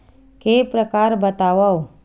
के प्रकार बतावव?